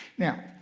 now,